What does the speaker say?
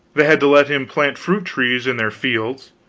they had to let him plant fruit trees in their fields,